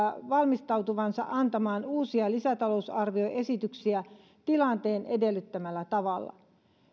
valmistautuvansa antamaan uusia lisätalousarvioesityksiä tilanteen edellyttämällä tavalla